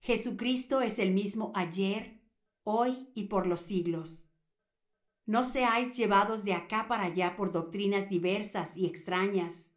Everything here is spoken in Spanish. jesucristo es el mismo ayer y hoy y por los siglos no seáis llevados de acá para allá por doctrinas diversas y extrañas